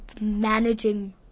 managing